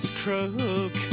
croak